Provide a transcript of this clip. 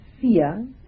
fear